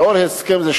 לאור הסכם זה,